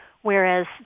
Whereas